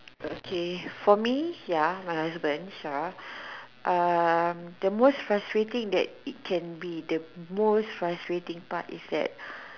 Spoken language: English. okay for me ya my husband Sha um the most frustrating that it can be the most frustrating part is that